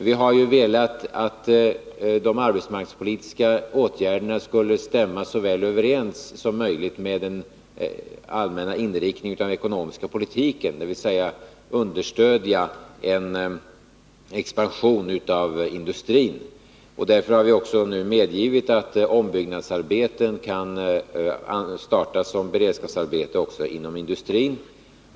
Vi har velat att de arbetsmarknadspolitiska åtgärderna skulle stämma så väl överens som möjligt med den allmänna inriktningen av den ekonomiska politiken, dvs. understödja en expansion av industrin. Därför har vi nu medgivit att ombyggnadsarbeten kan startas som beredskapsarbeten också inom industrin.